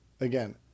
again